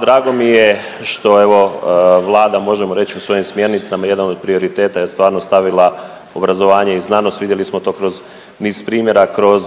drago mi je što evo Vlada možemo reći u svojim smjernicama jedan od prioriteta je stvarno stavila obrazovanje i znanost, vidjeli smo to kroz niz primjera, kroz